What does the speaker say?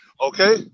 Okay